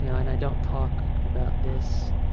you know and i don't talk about this,